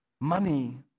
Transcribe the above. money